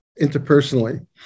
interpersonally